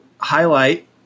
highlight